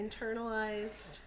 internalized